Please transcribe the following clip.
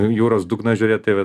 jūros dugną žiūrėt tai vat